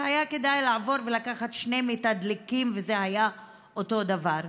שהיה כדאי לעבור ולקחת שני מתדלקים וזה היה אותו דבר.